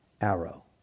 arrow